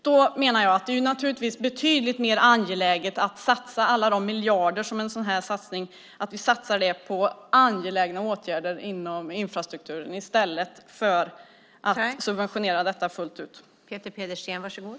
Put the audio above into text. Jag menar att det är betydligt mer angeläget att satsa alla dessa miljarder på angelägna åtgärder inom infrastrukturen i stället för att subventionera detta fullt ut.